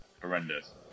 Horrendous